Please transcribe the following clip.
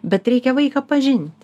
bet reikia vaiką pažinti